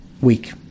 week